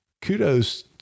kudos